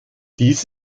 dies